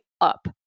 up